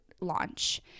launch